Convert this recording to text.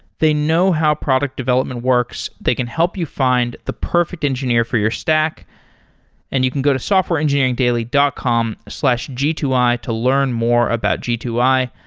they know how product development works. they can help you find the perfect engineer for your stack and you can go to softwareengineeringdaily dot com slash g two i to learn more about g two i.